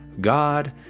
God